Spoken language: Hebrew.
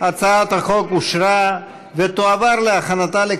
ההצעה להעביר את הצעת חוק המועצה להשכלה גבוהה